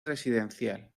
residencial